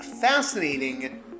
fascinating